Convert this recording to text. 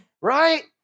right